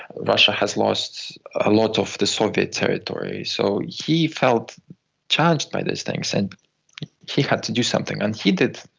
russia has lost a lot of the soviet territory, so he felt challenged by these things and he had to do something. and he did,